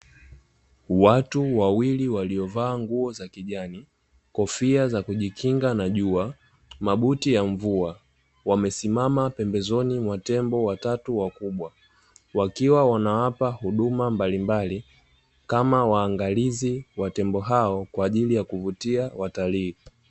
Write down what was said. Watu wawili walio vaa nguo za kijani na kofia za kujikinga na jua mabuti ya mvua wamesimamabele ya tembo watatu wakubwa wakiwa wanawapa huduma mbalimbali kama waangalizi wa tembo hao kwa ajili ya kuvutia watalii.